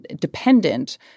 dependent